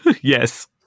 Yes